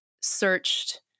searched